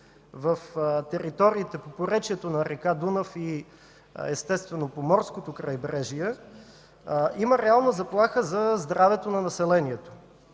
в териториите по поречието на река Дунав и, естествено, по морското крайбрежие, има реална заплаха за здравето на населението.